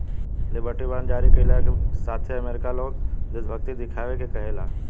liberty bond जारी कईला के साथे अमेरिका लोग से देशभक्ति देखावे के कहेला